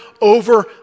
over